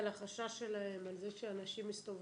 מה אתה אומר על החשש שלהם על זה שאנשים מסתובבים?